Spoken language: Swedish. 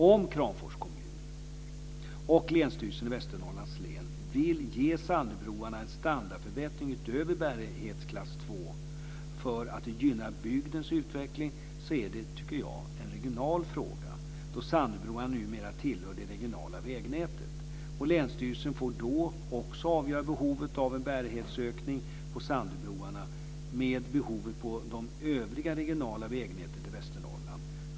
Om Kramfors kommun och Länsstyrelsen i Västernorrlands län vill ge Sandöbroarna en standardförbättring utöver bärighetsklass 2, för att gynna bygdens utveckling, är det en regional fråga då Sandöbroarna numera tillhör det regionala vägnätet. Länsstyrelsen får då också avgöra behovet av en bärighetsökning på Sandöbroarna med hänsyn till behovet på det övriga regionala vägnätet i Västernorrland.